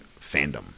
fandom